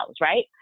right